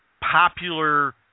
popular